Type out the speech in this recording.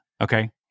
Okay